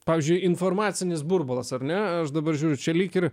pavyzdžiui informacinis burbulas ar ne aš dabar žiūriu čia lyg ir